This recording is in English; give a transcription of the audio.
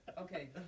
Okay